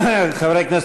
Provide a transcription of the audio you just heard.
חברי הכנסת,